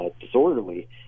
disorderly